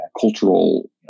cultural